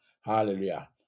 Hallelujah